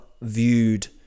viewed